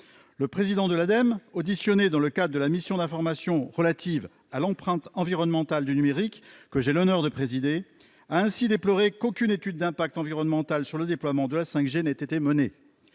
de l'énergie (Ademe), auditionné dans le cadre de la mission d'information relative à l'empreinte environnementale du numérique, que j'ai l'honneur de présider, a ainsi déploré qu'aucune étude de l'impact environnemental du déploiement de la 5G n'ait été menée.